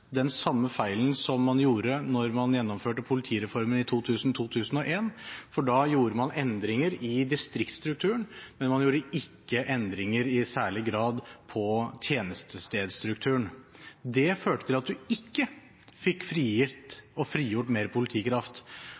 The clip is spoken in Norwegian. den samme feilen som man gjorde da man gjennomførte politireformen i 2000–2001. Da gjorde man endringer i distriktsstrukturen, men man gjorde ikke endringer i særlig grad på tjenestestedstrukturen. Det førte til at man ikke fikk frigjort mer politikraft.